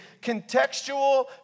contextual